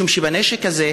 משום שבנשק הזה,